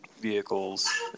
vehicles